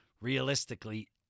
realistically